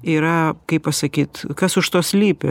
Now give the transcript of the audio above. yra kaip pasakyt kas už to slypi